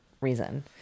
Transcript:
reason